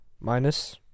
minus